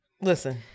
listen